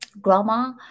grandma